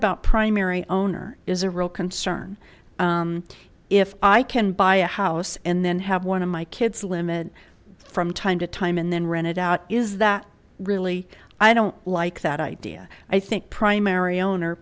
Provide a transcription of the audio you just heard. about primary owner is a real concern if i can buy a house and then have one of my kids limit from time to time and then rent it out is that really i don't like that idea i think primary owner